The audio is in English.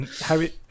Harry